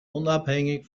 unabhängig